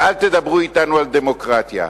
ואל תדברו אתנו על דמוקרטיה,